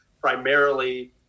primarily